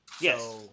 yes